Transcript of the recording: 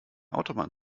autobahn